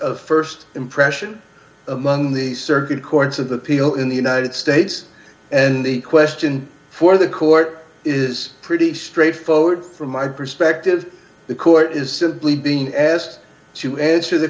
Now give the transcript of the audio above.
of st impression among the circuit courts of appeal in the united states and the question for the court is pretty straightforward from my perspective the court is simply being asked to answer the